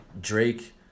Drake